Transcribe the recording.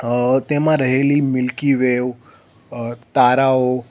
તેમાં રહેલી Milky Way તારાઓ